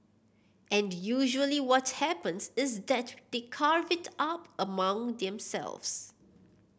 and usually what happens is that they carve it up among themselves